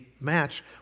match